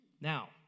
Now